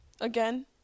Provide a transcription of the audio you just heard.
again